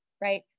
right